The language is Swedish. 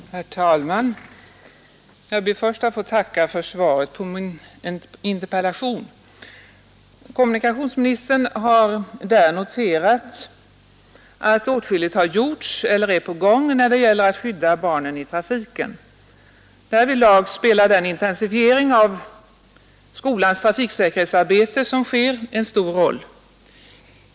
Herr talman! Jag ber först att få tacka för svaret på min interpellation. Kommunikationsministern har i detta noterat att åtskilligt har gjorts eller är på gång när det gäller att skydda barnen i trafiken. Därvidlag spelar den intensifiering av skolans trafiksäkerhetsarbete som sker en stor roll.